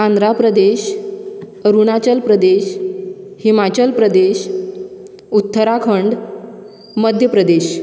Andhra Pradesh Arunachal Pradesh Himachal Pradesh Uttarakhand Madhya Pradesh